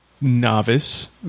novice